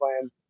plan